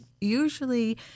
usually